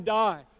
die